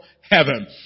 heaven